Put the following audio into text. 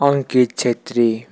Ankit Chhetri